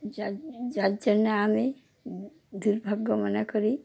যার যার জন্যে আমি দুর্ভাগ্য মনে করি